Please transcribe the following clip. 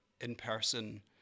in-person